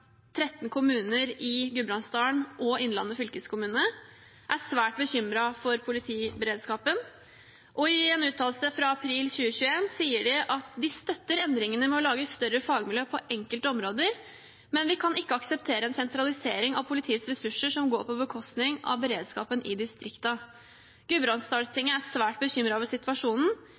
13 kommuner i Gudbrandsdalen og Innlandet fylkeskommune, er svært bekymret for politiberedskapen. I en uttalelse fra april 2021 sier de at de «støtter endringene med å lage større fagmiljøer på enkelte område. Men vi kan ikke akseptere en sentralisering av politiets ressurser som går på bekostning av beredskapen i distriktene.» Og videre: «Gudbrandsdalstinget er svært bekymra over situasjonen